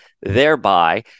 thereby